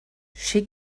she